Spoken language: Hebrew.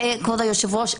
כבוד היושב-ראש,